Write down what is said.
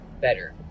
better